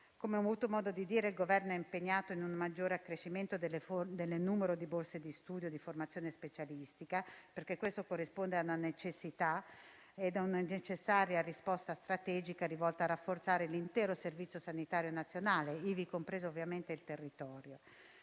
Come ho avuto modo di dire, il Governo è impegnato in un maggiore accrescimento del numero di borse di studio di formazione specialistica, perché ciò corrisponde a una necessità e a una necessaria risposta strategica rivolta a rafforzare l'intero Servizio sanitario nazionale, ivi compreso il territorio.